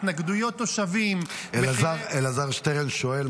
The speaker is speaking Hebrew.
התנגדויות תושבים --- אלעזר שטרן שואל,